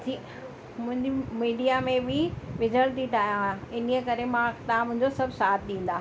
मुंहिंजी मीडिया में बि विझणु थी चाहियां इन ई करे मां तव्हां मुंहिंजो सभु साथ ॾींदा